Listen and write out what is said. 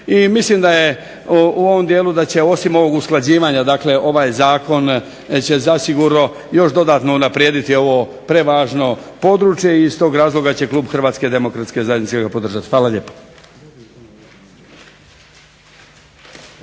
Mislim da je u ovom dijelu da će osim ovog usklađivanja dakle ovaj zakon će zasigurno još dodatno unaprijediti ovo prevažno područje i iz tog razloga će ga Klub zastupnika HDZ-a podržati. Hvala lijepa.